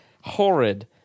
horrid